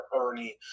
Ernie